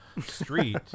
street